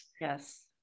yes